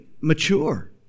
mature